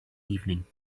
evening